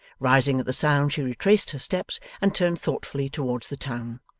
rising at the sound, she retraced her steps, and turned thoughtfully towards the town.